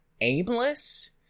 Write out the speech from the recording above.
aimless